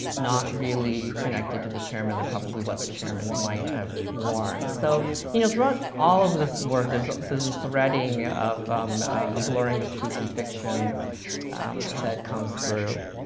not really connected to the chairman. they're probably what the chairman might have worn, so you know throughout all of this work, there's there's a threading, um a blurring of truth and fiction that comes through.